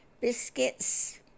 Biscuits